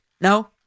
No